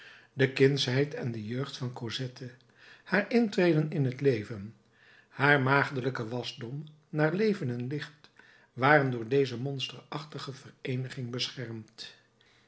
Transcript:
de kindsheid en de jeugd van cosette haar intrede in het leven haar maagdelijke wasdom naar leven en licht waren door deze monsterachtige vereeniging beschermd